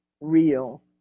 real